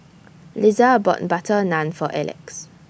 Liza bought Butter Naan For Alex